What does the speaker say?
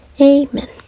Amen